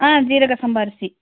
ஆ ஜீரக சம்பா அரிசி